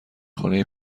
خانه